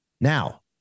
Now